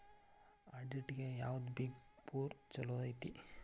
ಆಡಿಟ್ಗೆ ಯಾವ್ದ್ big four ಚಲೊಐತಿ?